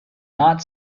not